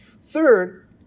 Third